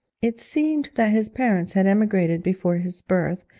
it seemed that his parents had emigrated before his birth,